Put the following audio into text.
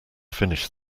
finish